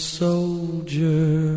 soldier